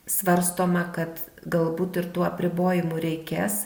svarstoma kad galbūt ir tų apribojimų reikės